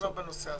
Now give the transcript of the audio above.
מדובר בנושא הזה.